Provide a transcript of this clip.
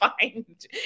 find